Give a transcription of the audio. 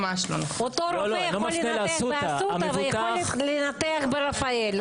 אותו רופא יכול לנתח באסותא ויכול לנתח ברפאל.